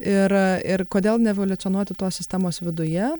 ir ir kodėl neevoliucionuoti tos sistemos viduje